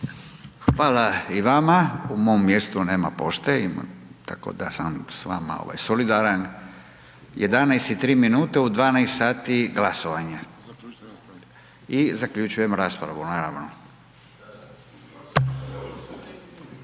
Hvala i vama. U mom mjestu nema pošte tako da sam s vama solidaran. 11,03 minute u 12,00 glasovanje i zaključujem raspravu naravno.